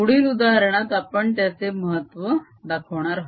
पुढील उदाहरणात आपण त्याचे महत्व दाखवणार आहोत